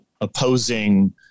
opposing